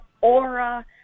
aura